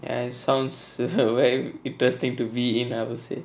ya sounds very interesting to be in I would say